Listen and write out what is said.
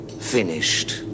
finished